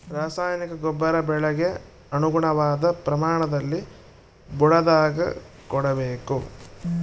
ರಾಸಾಯನಿಕ ಗೊಬ್ಬರ ಬೆಳೆಗೆ ಅನುಗುಣವಾದ ಪ್ರಮಾಣದಲ್ಲಿ ಬುಡದಾಗ ಕೊಡಬೇಕು